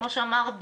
כמו שאמרת,